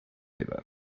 edad